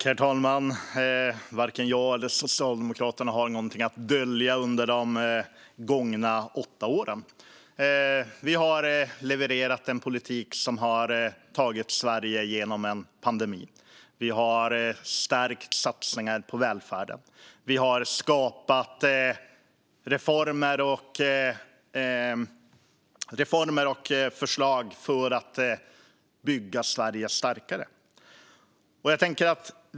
Herr talman! Varken jag eller Socialdemokraterna har någonting att dölja från de gångna åtta åren. Vi har levererat en politik som har tagit Sverige genom en pandemi. Vi har stärkt satsningar på välfärden. Vi har skapat reformer och förslag för att bygga Sverige starkare.